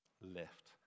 left